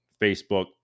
Facebook